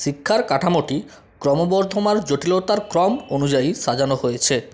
শিক্ষার কাঠামোটি ক্রমবর্ধমান জটিলতার ক্রম অনুযায়ী সাজানো হয়েছে